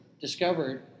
discovered